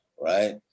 right